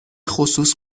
خصوص